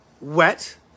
wet